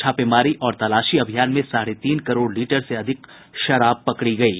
छापेमारी और तलाशी अभियान में साढ़े तीन करोड़ लीटर से अधिक शराब पकड़ी गयी